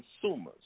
consumers